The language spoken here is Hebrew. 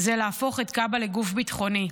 זה להפוך את כב"ה לגוף ביטחוני.